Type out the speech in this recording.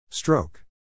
Stroke